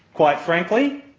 quite frankly?